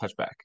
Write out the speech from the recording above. touchback